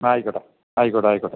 ആയിക്കോട്ടെ ആയിക്കോട്ടെ ആയിക്കോട്ടെ